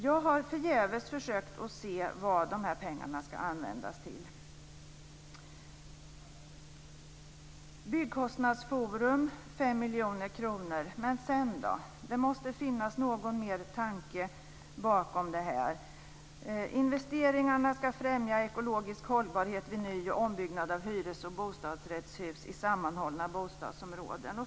Jag har förgäves försökt se vad de här pengarna ska användas till. Byggkostnadsforum får 5 miljoner kronor. Men sedan då? Det måste finnas någon mer tanke bakom det här. Investeringarna ska främja ekologisk hållbarhet vid ny och ombyggnad av hyres och bostadsrättshus i sammanhållna bostadsområden.